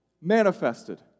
manifested